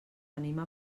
anima